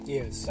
Yes